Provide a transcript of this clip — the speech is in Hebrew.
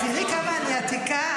תראי כמה אני עתיקה.